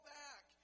back